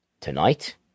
Tonight